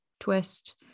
twist